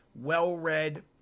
well-read